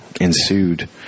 ensued